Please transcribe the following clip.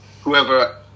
whoever